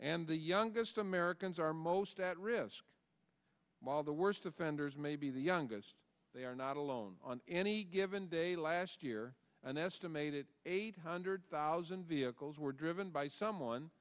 and the youngest americans are most at risk while the worst offenders may be the youngest they are not alone on any given day last year an estimated eight hundred thousand vehicles were driven by someone